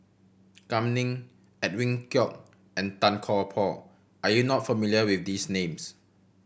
Kam Ning Edwin Koek and Tan Kian Por are you not familiar with these names